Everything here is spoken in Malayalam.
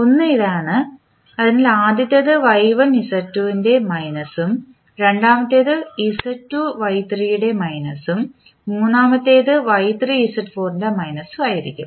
ഒന്ന് ഇതാണ് അതിനാൽ ആദ്യത്തേത് Y1 Z2 ൻറെ മൈനസും രണ്ടാമത്തേത് Z2 Y3 ൻറെ മൈനസും മൂന്നാമത്തേത് Y3 Z4 ൻറെ മൈനസും ആയിരിക്കും